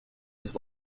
his